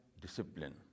discipline